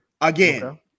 Again